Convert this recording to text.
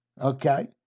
Okay